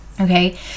okay